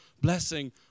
blessing